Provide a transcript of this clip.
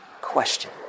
question